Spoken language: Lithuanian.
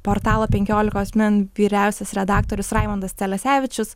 portalo penkiolikos min vyriausias redaktorius raimundas celecevičius